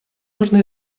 нужно